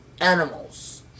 animals